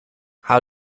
how